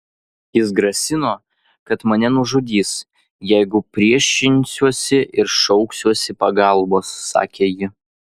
jis grasino kad mane nužudys jeigu priešinsiuosi ir šauksiuosi pagalbos sakė ji